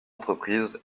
entreprise